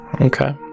Okay